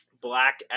black